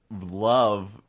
love